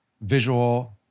visual